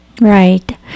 Right